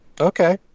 Okay